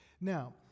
Now